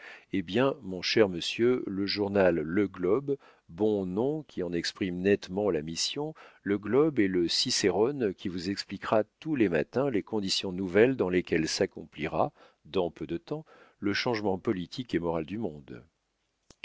eh bien mon cher monsieur le journal le globe bon nom qui en exprime nettement la mission le globe est le cicerone qui vous expliquera tous les matins les conditions nouvelles dans lesquelles s'accomplira dans peu de temps le changement politique et moral du monde